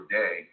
day